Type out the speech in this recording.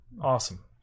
awesome